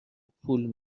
پول